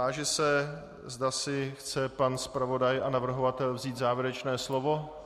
Táži se, zda si chce pan zpravodaj a navrhovatel vzít závěrečné slovo.